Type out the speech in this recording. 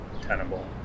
tenable